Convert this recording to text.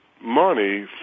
money